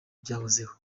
byahozeho